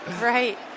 Right